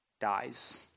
dies